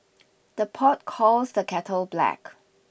the pot calls the kettle black